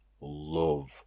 love